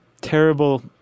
terrible